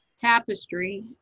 tapestry